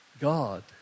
God